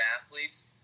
athletes